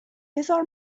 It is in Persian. بزار